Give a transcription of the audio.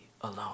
alone